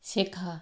শেখা